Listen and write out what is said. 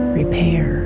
repair